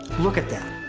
look at that.